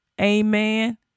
amen